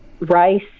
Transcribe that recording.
rice